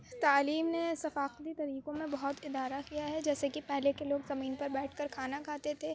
تعلیم نے ثقافتی طریقوں میں بہت ادارہ کیا ہے جیسے کے پہلے کے لوگ زمین پر بیٹھ کر کھانا کھاتے تھے